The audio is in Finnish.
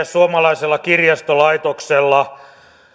suomalaisella kirjastolaitoksella